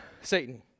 Satan